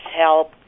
help